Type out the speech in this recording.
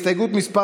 ביחס למספר